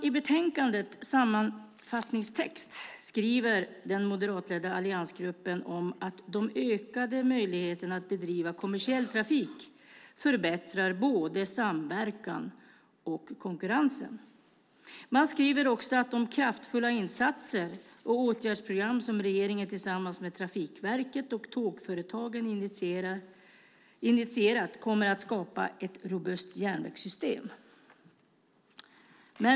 I betänkandets sammanfattningstext skriver den moderatledda alliansgruppen om att de ökade möjligheterna att bedriva kommersiell trafik förbättrar både samverkan och konkurrensen. Man skriver också att de kraftfulla insatser och åtgärdsprogram som regeringen tillsammans med Trafikverket och tågföretagen initierat kommer att skapa ett robust järnvägssystem.